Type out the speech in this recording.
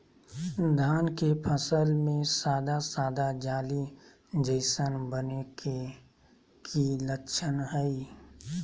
धान के फसल में सादा सादा जाली जईसन बने के कि लक्षण हय?